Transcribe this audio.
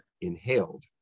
inhaled